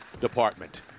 department